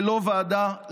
ללא ועדה,